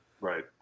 Right